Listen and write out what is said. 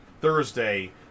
thursday